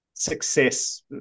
Success